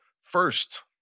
first